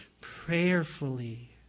prayerfully